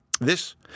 This